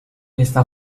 està